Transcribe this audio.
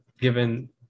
given